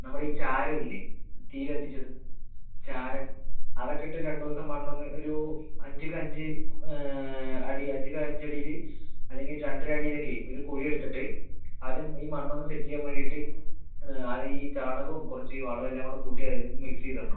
നമ്മുടെ ഈ ചാരമൊക്കെ ഇല്ലെ തീ കത്തിച്ചത് ചാരം അത് ഒക്കെ ഇട്ട് രണ്ട് ദിവസം മണ്ണ് ഒന്ന് ഒരു അഞ്ച് കഞ്ച് അടി അധികം അഞ്ച് അടിയിൽ അല്ലെങ്കിൽ രണ്ടര അടിയിലൊക്കെയെ ഒരു കുഴി എടുത്തിട്ട് ആദ്യം ഈ മണ്ണൊന്ന് സെറ്റ് ചെയ്യാൻ വേണ്ടിയിട്ട് അത് ഈ ചാണകവും കുറച്ച് വളവും എല്ലാംകൂടി കൂട്ടി അത് മിക്സ് ചെയ്ത് ഇടണം